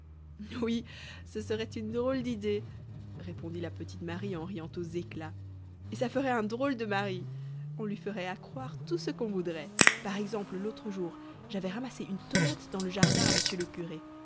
oui ce serait une drôle d'idée répondit la petite marie en riant aux éclats et ça ferait un drôle de mari on lui ferait accroire tout ce qu'on voudrait par exemple l'autre jour j'avais ramassé une tomate dans le jardin à monsieur le curé